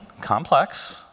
complex